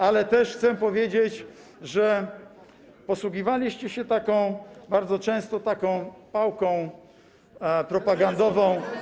Ale też chcę powiedzieć, że posługiwaliście się bardzo często taką pałką propagandową.